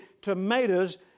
tomatoes